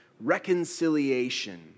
reconciliation